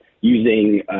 using